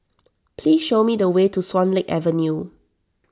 please show me the way to Swan Lake Avenue